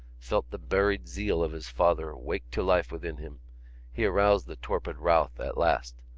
felt the buried zeal of his father wake to life within him he aroused the torpid routh at last.